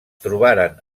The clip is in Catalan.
trobaren